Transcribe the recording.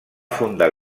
fundar